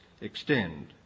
extend